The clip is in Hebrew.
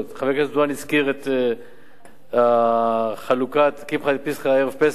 חבר הכנסת דואן הזכיר את חלוקת קמחא דפסחא ערב פסח.